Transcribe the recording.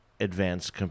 Advanced